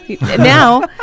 Now